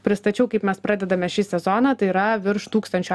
pristačiau kaip mes pradedame šį sezoną tai yra virš tūkstančio